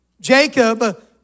Jacob